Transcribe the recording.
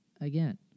again